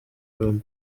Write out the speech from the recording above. loni